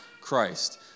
Christ